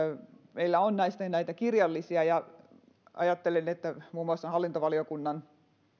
meillä on näistä näitä kirjallisia ja ajattelen että muun muassa hallintovaliokunnan